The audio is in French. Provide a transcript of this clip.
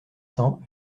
cents